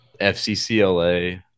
FCCLA